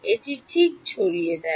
এটি ঠিক ছড়িয়ে দেয়